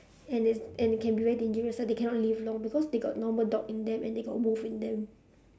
and it's and it can be very dangerous so they cannot live long because they got normal dog in them and they got wolf in them